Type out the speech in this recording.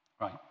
right